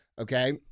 okay